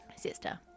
sister